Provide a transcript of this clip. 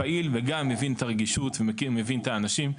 שפעיל וגם מבין את הרגישות, מבין את האנשים.